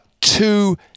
two